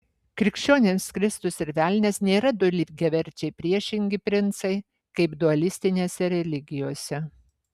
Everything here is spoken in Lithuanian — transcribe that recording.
krikščionims kristus ir velnias nėra du lygiaverčiai priešingi princai kaip dualistinėse religijose